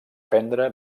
prendre